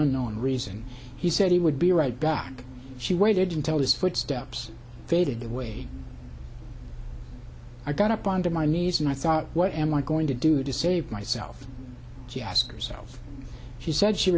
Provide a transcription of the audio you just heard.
unknown reason he said he would be right back she waited until his footsteps faded away i got up on to my knees and i thought what am i going to do to save myself she asked herself she said she